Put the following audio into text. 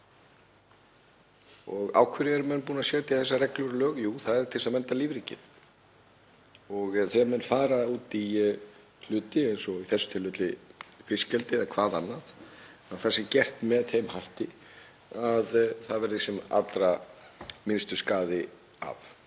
Og af hverju eru menn búnir að setja þessar reglur og lög? Jú, það er til þess að vernda lífríkið og þegar menn fara út í hluti eins og í þessu tilfelli fiskeldi eða hvað annað þá sé það gert með þeim hætti að það verði sem allra minnstur skaði af.